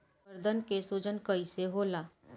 गर्दन के सूजन कईसे होला?